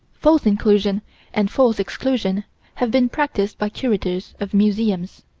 false inclusion and false exclusion have been practiced by curators of museums.